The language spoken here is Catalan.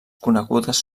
conegudes